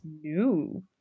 No